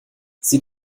sie